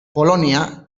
polonia